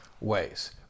ways